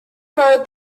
wrote